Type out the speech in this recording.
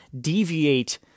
deviate